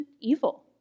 evil